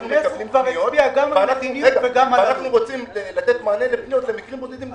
וגם אנחנו רוצים לתת מענה למקרים בודדים.